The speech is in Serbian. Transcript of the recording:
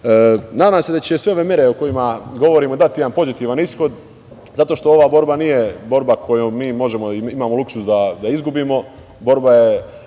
se da će sve ove mere o kojima govorimo dati jedan pozitivan ishod, zato što ova borba nije borba koju mi možemo i imamo luksuz da izgubimo,